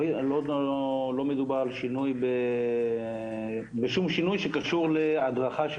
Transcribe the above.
לא מדובר בשום שינוי שקשור להדרכה של